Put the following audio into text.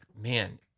man